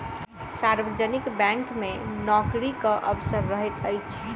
सार्वजनिक बैंक मे नोकरीक अवसर रहैत अछि